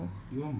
I know